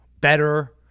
better